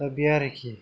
दा बे आरोखि